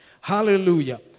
hallelujah